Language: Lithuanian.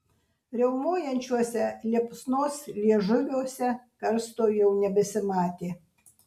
riaumojančiuose liepsnos liežuviuose karsto jau nebesimatė